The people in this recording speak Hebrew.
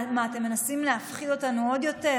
מה, אתם מנסים להפחיד אותנו עוד יותר?